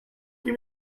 give